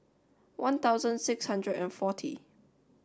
one thousand six hundred and forty